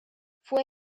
fue